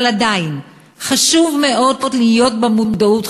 אבל עדיין חשוב מאוד להיות עם מודעות,